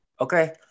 okay